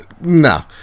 no